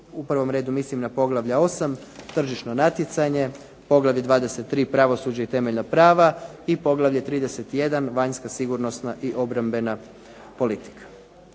u prvom redu mislim na poglavlja 8 – Tržišno natjecanje, poglavlje 23 – Pravosuđe i temeljna prava i poglavlje 31 – Vanjska sigurnosna i obrambena politika.